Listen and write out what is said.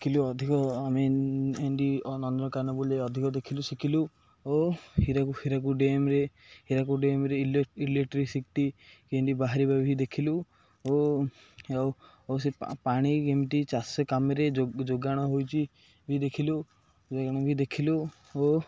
ଶିଖିଲୁ ଅଧିକ ଆମେ ଏତି ନନ୍ଦନକାନନ ବୁଲି ଅଧିକ ଦେଖିଲୁ ଶିଖିଲୁ ଓ ହୀରାକୁଦ ହୀରାକୁଦ ଡ୍ୟାମ୍ରେ ହୀରାକୁଦ ଡ୍ୟାମ୍ରେ ଇଲେକ୍ଟ୍ରିସିଟି କେମିତି ବାହାରିବା ବି ଦେଖିଲୁ ଓ ଆଉ ସେ ପାଣି କେମିତି ଚାଷ କାମରେ ଯ ଯୋଗାଣ ହୋଇଛି ବି ଦେଖିଲୁ ଯୋଗାଣ ବି ଦେଖିଲୁ ଓ